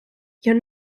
your